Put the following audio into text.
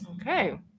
Okay